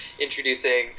introducing